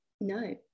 No